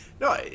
no